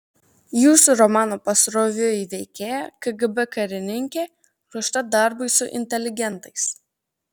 jūsų romano pasroviui veikėja kgb karininkė ruošta darbui su inteligentais